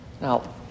Now